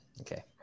Okay